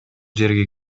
жерге